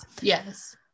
yes